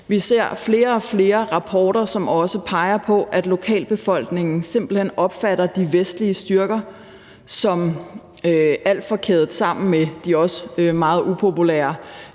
Vi ser flere og flere rapporter, som også peger på, at lokalbefolkningen simpelt hen opfatter de vestlige styrker som kædet alt for meget sammen med de også meget upopulære